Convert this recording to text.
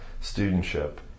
studentship